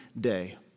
day